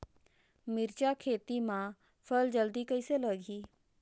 मिरचा खेती मां फल जल्दी कइसे लगही?